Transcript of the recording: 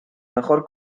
mejor